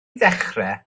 ddechrau